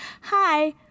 hi